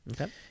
Okay